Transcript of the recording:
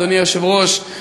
אדוני היושב-ראש,